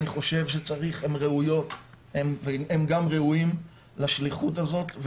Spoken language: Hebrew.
הם ראויים לשליחות הזאת,